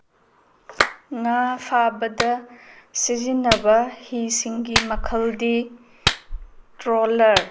ꯉꯥ ꯐꯥꯕꯗ ꯁꯤꯖꯤꯟꯅꯕ ꯍꯤꯁꯤꯡꯒꯤ ꯃꯈꯜꯗꯤ ꯇ꯭ꯔꯣꯂ꯭ꯔ